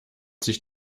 sich